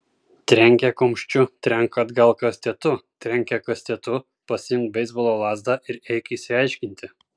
trenkė kumščiu trenk atgal kastetu trenkė kastetu pasiimk beisbolo lazdą ir eik išsiaiškinti